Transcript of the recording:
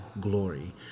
glory